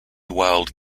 wild